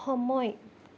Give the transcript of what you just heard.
সময়